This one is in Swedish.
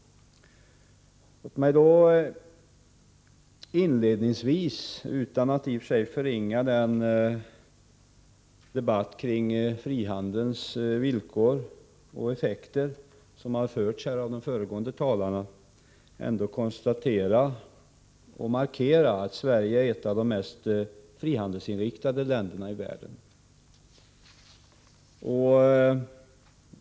Låt mig inledningsvis — utan att förringa den debatt kring frihandelns villkor och effekter som har förts av de föregående talarna — konstatera och markera att Sverige är ett av de mest frihandelsinriktade länderna i världen.